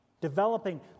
developing